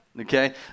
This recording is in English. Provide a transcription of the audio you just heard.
Okay